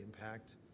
impact